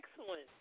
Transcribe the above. Excellent